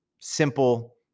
simple